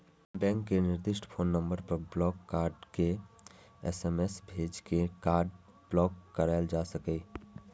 bank के निर्दिष्ट phone number पर ब्लॉक कार्ड के एस.एम.एस भेज के कार्ड ब्लॉक कराएल जा सकैए